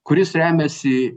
kuris remiasi